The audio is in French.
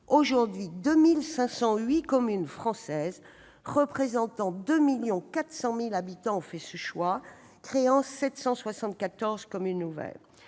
Aujourd'hui, 2 508 communes représentant 2,4 millions d'habitants ont fait ce choix, créant 774 communes nouvelles.